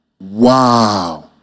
Wow